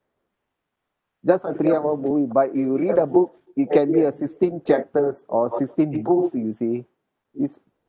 just a three hour movie but if you read a book it can be a sixteen chapters or sixteen books you see it's